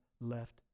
left